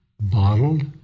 bottled